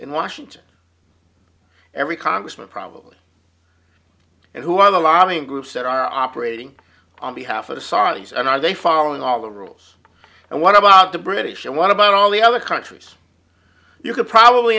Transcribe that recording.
in washington every congressman probably and who are lobbying groups that are operating on behalf of the saudis and i they following all the rules and what about the british and what about all the other countries you could probably